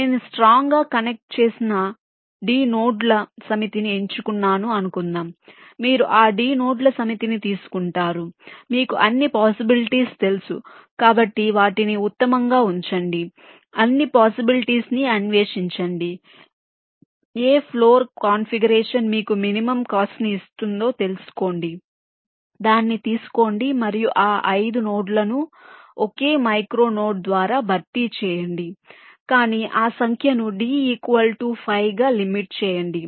నేను స్ట్రాంగ్ గా కనెక్ట్ అయిన d నోడ్ల సమితిని ఎంచుకున్నాను అనుకుందాం మీరు ఆ d నోడ్ల సమితిని తీసుకుంటారు మీకు అన్ని పోసిబిలిటీస్ తెలుసు కాబట్టి వాటిని ఉత్తమంగా ఉంచండి అన్ని పోసిబిలిటీస్ ని అన్వేషించండి ఏ ఫ్లోర్ ప్లాన్ కాన్ఫిగరేషన్ మీకు మినిమం కాస్ట్ ను ఇస్తుందో తెలుసుకోండి దాన్ని తీసుకోండి మరియు ఆ ఐదు నోడ్లను ఒకే మైక్రో నోడ్ ద్వారా భర్తీ చేయండి కానీ ఆ సంఖ్యను d ఈక్వల్ టు 5 గా లిమిట్ చేయండి